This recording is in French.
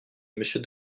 monsieur